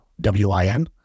W-I-N